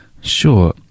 sure